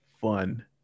fun